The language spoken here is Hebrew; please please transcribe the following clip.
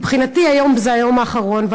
מבחינתי היום זה היום האחרון,